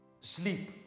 sleep